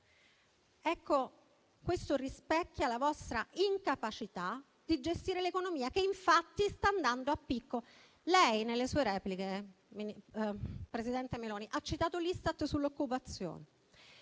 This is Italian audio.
questo rispecchia la vostra incapacità di gestire l'economia, che infatti sta andando a picco. Lei nelle sue repliche, presidente Meloni, ha citato l'Istat sull'occupazione.